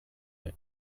der